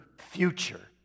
future